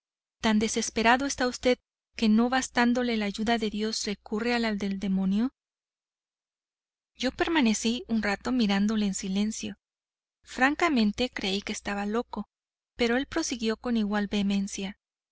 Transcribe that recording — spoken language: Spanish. tan desesperado está usted que no bastándole la ayuda de dios recurre a la del demonio yo permanecí un rato mirándole en silencio francamente creí que estaba loco pero él prosiguió con igual vehemencia